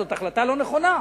זו החלטה לא נכונה,